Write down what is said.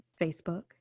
Facebook